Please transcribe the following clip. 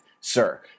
sir